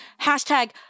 hashtag